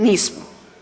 Nismo.